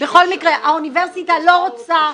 האוניברסיטה לא רוצה,